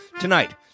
Tonight